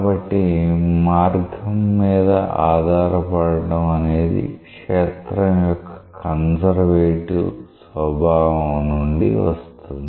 కాబట్టి మార్గం మీద ఆధారపడటం అనేది క్షేత్రం యొక్క కన్సర్వేటివ్ స్వభావం నుండి వస్తుంది